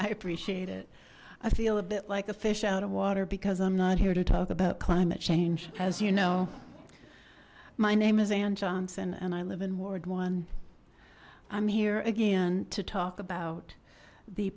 i appreciate it i feel a bit like a fish out of water because i'm not here to talk about climate change as you know my name is anne johnson and i live in ward one i'm here again to talk about the